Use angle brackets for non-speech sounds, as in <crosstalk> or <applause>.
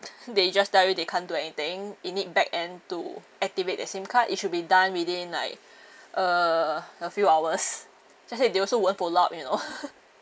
<breath> they just tell you they can't do anything you need back end to activate the SIM card it should be done within like uh a few hours just say they also won't pull up you know <laughs>